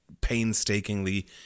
painstakingly